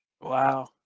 wow